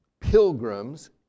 pilgrims